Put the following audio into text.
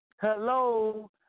Hello